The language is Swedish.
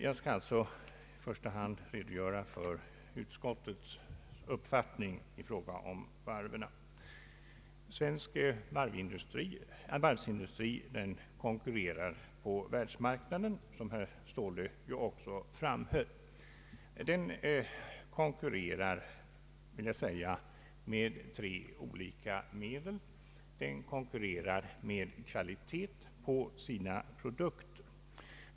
Jag skall alltså i första hand redogöra för utskottets uppfattning i fråga om varven. Svensk varvsindustri konkurrerar på världsmarknaden, vilket herr Ståhle också framhöll. Den konkurrerar med tre olika medel. Det första konkurrensmedlet är produkternas kvalitet.